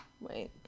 wait